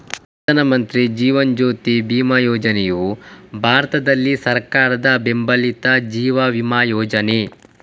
ಪ್ರಧಾನ ಮಂತ್ರಿ ಜೀವನ್ ಜ್ಯೋತಿ ಬಿಮಾ ಯೋಜನೆಯು ಭಾರತದಲ್ಲಿ ಸರ್ಕಾರದ ಬೆಂಬಲಿತ ಜೀವ ವಿಮಾ ಯೋಜನೆ